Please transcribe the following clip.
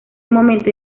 momento